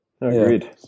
Agreed